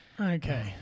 Okay